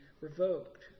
revoked